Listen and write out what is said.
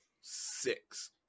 six